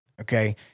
Okay